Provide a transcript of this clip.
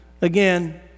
again